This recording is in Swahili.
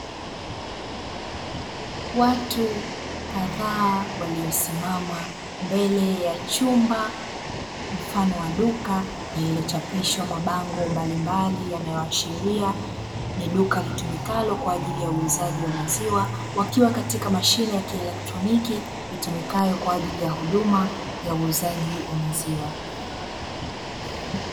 Watu kadhaa waliyosimama mbele ya chumba mfano wa duka lililochapishwa mabango mbalimbali yanayoashiria ni duka litumikalo kwa ajili ya uuzaji wa maziwa, wakiwa katika mashine ya kielektroniki itumikayo kwa ajili ya huduma ya uuzaji wa maziwa.